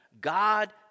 God